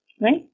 right